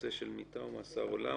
נושא של מיתה או מאסר עולם,